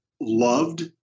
loved